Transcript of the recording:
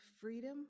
freedom